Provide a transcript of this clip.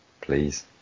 please